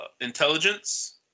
intelligence